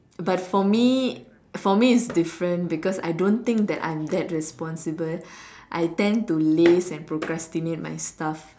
but for me for me it's different because I don't think I'm that responsible I tend to laze and procrastinate my stuff